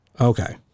Okay